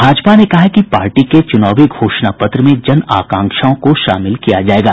भाजपा ने कहा है कि पार्टी के चुनावी घोषणा पत्र में जन आकांक्षाओं को शामिल किया जायेगा